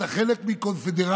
אתה חלק מקונפדרציה,